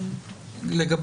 ברשותך,